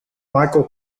michael